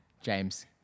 James